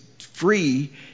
free